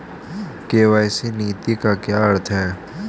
KYC नीति का क्या अर्थ है?